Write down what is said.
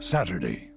Saturday